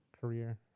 career